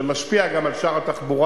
שמשפיע גם על שאר התחבורה,